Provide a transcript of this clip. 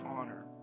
honor